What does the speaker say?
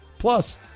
Plus